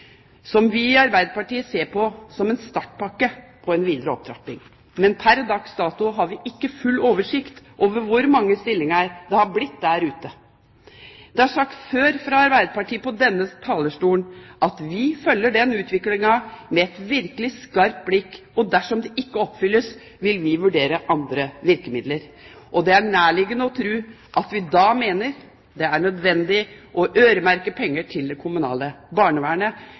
som vi i Arbeiderpartiet ser på som en startpakke for en videre opptrapping, men pr. dags dato har vi ikke full oversikt over hvor mange stillinger det har blitt der ute. Arbeiderpartiet har fra denne talerstol før sagt at vi følger den utviklingen med et virkelig skarpt blikk, og dersom det ikke oppfylles, vil vi vurdere andre virkemidler. Det er nærliggende å tro at vi da mener det er nødvendig å øremerke penger til det kommunale barnevernet,